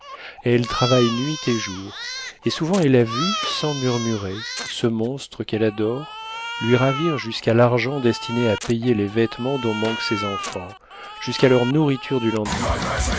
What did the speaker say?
elle travaille nuit et jour et souvent elle a vu sans murmurer ce monstre qu'elle adore lui ravir jusqu'à l'argent destiné à payer les vêtements dont manquent ses enfants jusqu'à leur nourriture du lendemain